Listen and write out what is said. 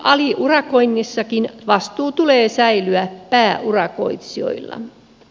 aliurakoinnissakin vastuun tulee säilyä pääurakoitsijoilla